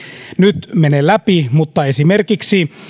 nyt mene läpi mutta esimerkiksi